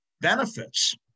benefits